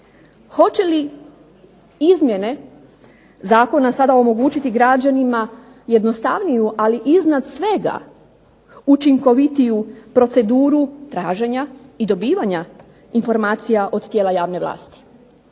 Hoće li izmjene Zakona sada omogućiti građanima jednostavniju, ali iznad svega učinkovitiju proceduru traženja i dobivanja informacija od tijela javne vlasti.